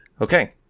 Okay